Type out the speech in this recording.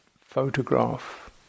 photograph